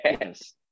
Yes